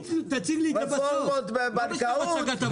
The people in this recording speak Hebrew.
שתציג לי את בסוף, לא בתוך הצגת העובדות.